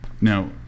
Now